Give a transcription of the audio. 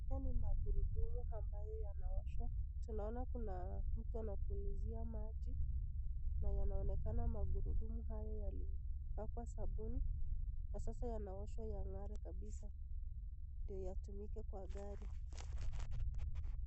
Haya ni magurudumu ambayo yanaoshwa, tunaoan kuna mtu anapulizai maji na yanaonekana magurudumu hayo yamepakwa sabuni, kwa sasa yanaoshwa yang'are kabisa ndio yatumike kwa gari.